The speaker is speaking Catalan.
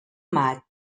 maig